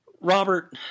Robert